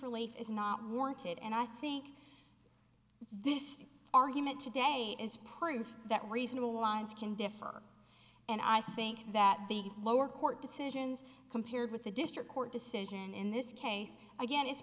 relief is not warranted and i think this argument today is proof that reasonable lines can differ and i think that the lower court decisions compared with the district court decision in this case again i